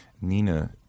Nina